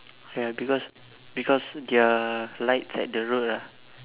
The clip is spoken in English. ya because because their lights at the road ah